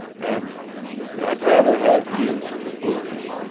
an' i'd rather have you than the booze,